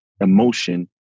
emotion